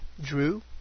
Drew